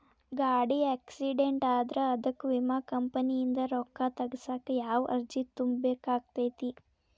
ಗಾಡಿ ಆಕ್ಸಿಡೆಂಟ್ ಆದ್ರ ಅದಕ ವಿಮಾ ಕಂಪನಿಯಿಂದ್ ರೊಕ್ಕಾ ತಗಸಾಕ್ ಯಾವ ಅರ್ಜಿ ತುಂಬೇಕ ಆಗತೈತಿ?